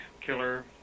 Killer